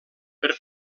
per